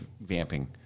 vamping